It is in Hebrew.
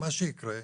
מה שיקרה,